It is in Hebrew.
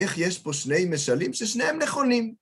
איך יש פה שני משלים ששניהם נכונים?